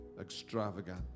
extravagant